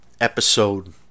episode